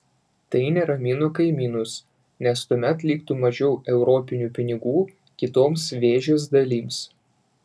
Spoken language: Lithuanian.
tai neramino kaimynus nes tuomet liktų mažiau europinių pinigų kitoms vėžės dalims